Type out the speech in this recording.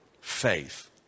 faith